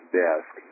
desk